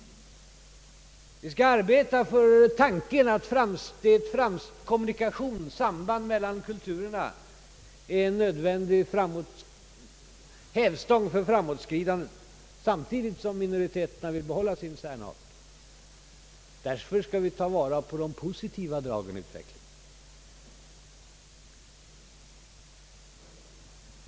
Vi skall arbeta för framsteg. Ett samband mellan kulturerna är en nödvändig hävstång för framåtskridandet, samtidigt som minoriteterna vill behålla sin särart. Därför skall vi ta vara på de positiva dragen.